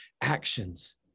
actions